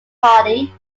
party